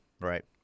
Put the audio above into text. right